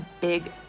big